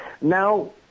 now